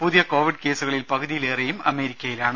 പുതിയ കോവിഡ് കേസുകളിൽ പകുതിയിലേറെയും അമേരിക്കയിലാണ്